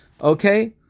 Okay